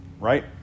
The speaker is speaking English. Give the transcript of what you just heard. right